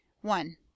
one